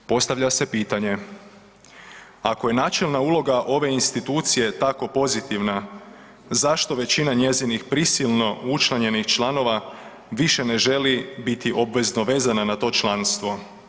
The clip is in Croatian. Postavlja se pitanje ako je načelna uloga ove institucije tako pozitivna zašto većina njezinih prisilno učlanjenih članova više ne želi obvezno vezana na to članstvo?